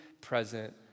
present